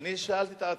ואני שאלתי את עצמי: